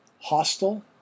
hostile